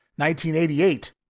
1988